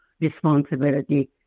responsibility